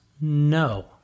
no